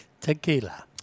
Tequila